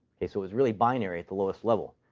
ok? so it was really binary at the lowest level.